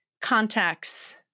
contacts